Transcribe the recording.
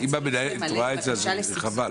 אם את רואה את זה חבל,